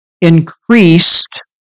increased